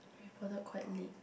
you boarded quite late